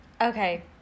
Okay